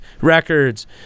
records